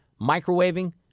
microwaving